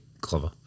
clever